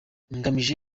ngamije